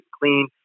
clean